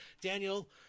Daniel